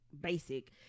basic